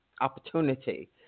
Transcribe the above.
opportunity